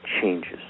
changes